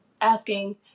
asking